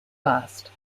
last